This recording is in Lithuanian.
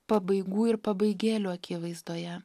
pabaigų ir pabaigėlių akivaizdoje